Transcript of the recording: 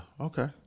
Okay